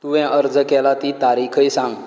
तुवें अर्ज केला ती तारीखय सांग